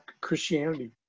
Christianity